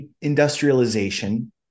industrialization